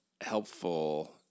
helpful